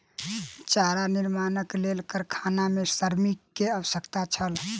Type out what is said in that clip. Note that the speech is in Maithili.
चारा निर्माणक लेल कारखाना मे श्रमिक के आवश्यकता छल